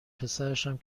پسرشم